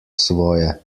svoje